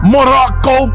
Morocco